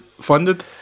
funded